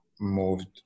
moved